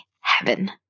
heaven